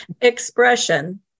Expression